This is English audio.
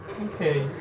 Okay